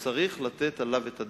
שצריך לתת עליו את הדעת.